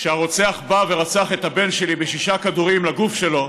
כשהרוצח בא ורצח את הבן שלי בשישה כדורים לגוף שלו,